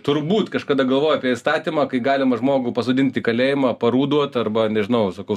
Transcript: turbūt kažkada galvojo apie įstatymą kai galima žmogų pasodinti į kalėjimą parų duot arba nežinau sakau